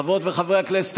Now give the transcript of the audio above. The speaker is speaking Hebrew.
חברות וחברי הכנסת,